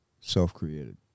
self-created